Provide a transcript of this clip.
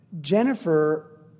jennifer